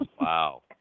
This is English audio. wow